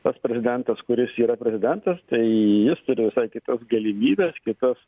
pats prezidentas kuris yra prezidentas tai jis turi visai kitas galimybes kitas